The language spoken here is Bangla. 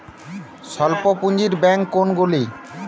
স্বল্প পুজিঁর ব্যাঙ্ক কোনগুলি?